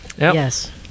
Yes